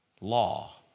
law